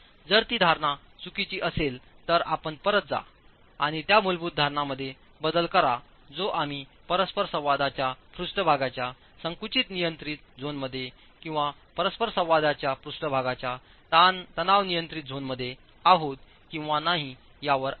जर ती धारणा चुकीची असेल तर आपण परत जा आणि त्या मूलभूत धारणामध्ये बदल करा जो आम्ही परस्परसंवादाच्या पृष्ठभागाच्या संकुचित नियंत्रित झोनमध्ये किंवा परस्परसंवादाच्या पृष्ठभागाच्या तणाव नियंत्रित झोनमध्ये आहोत किंवा नाही यावर आहे